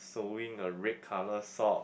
sewing a red colour sock